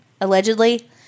allegedly